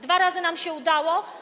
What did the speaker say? Dwa razy nam się udało.